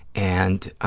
and